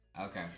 Okay